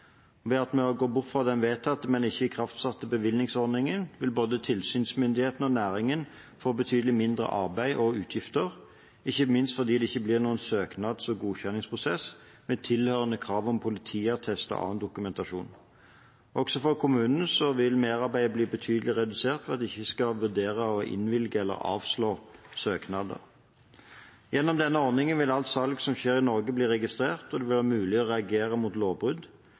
Ved at vi går bort fra den vedtatte, men ikke ikraftsatte, bevillingsordningen, vil både tilsynsmyndighetene og næringen få betydelig mindre arbeid og utgifter, ikke minst fordi det ikke blir noen søknads- og godkjenningsprosess med tilhørende krav om politiattest og annen dokumentasjon. Også for kommunene vil merarbeidet bli betydelig redusert ved at de ikke skal vurdere, innvilge eller avslå søknader. Gjennom denne ordningen vil alt salg som skjer i Norge, bli registrert, og det blir mulig å reagere mot lovbrudd.